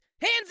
Hands